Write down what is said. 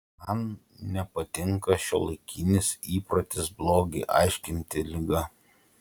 man nepatinka šiuolaikinis įprotis blogį aiškinti liga